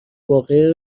واقعه